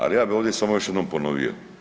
Ali ja bih ovdje samo još jednom ponovio.